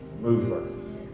mover